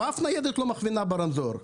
ואף ניידת לא מכוונת ברמזור.